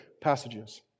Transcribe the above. passages